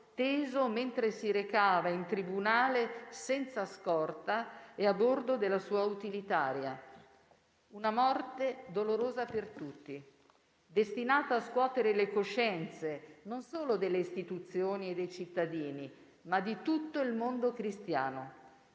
teso mentre si recava in tribunale senza scorta e a bordo della sua utilitaria. Una morte dolorosa per tutti, destinata a scuotere le coscienze non solo delle istituzioni e dei cittadini, ma di tutto il mondo cristiano.